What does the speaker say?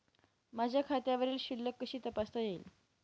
माझ्या खात्यावरील शिल्लक कशी तपासता येईल?